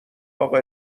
اقا